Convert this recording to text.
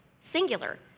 singular